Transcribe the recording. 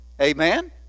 Amen